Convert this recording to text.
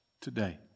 today